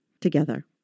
together